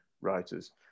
writers